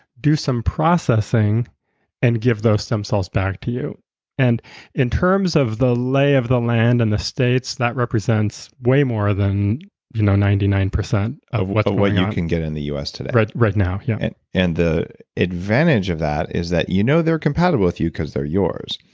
do some processing and give those stem cells back to you and in terms of the law of the land and the states that represents way more than you know ninety nine percent of what of what you can get in us today right right now yeah and and the advantage of that is that you know they're compatible with you cause they're yours.